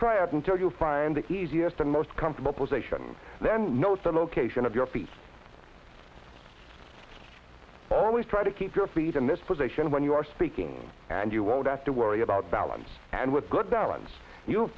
triad until you find the easiest and most comfortable position then know the location your feet always try to keep your feet in this position when you are speaking and you won't have to worry about balance and with good balance you